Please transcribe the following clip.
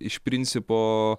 iš principo